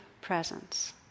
presence